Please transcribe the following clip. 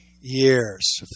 years